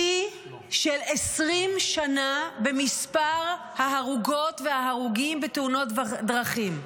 שיא של 20 שנה במספר ההרוגות וההרוגים בתאונות דרכים.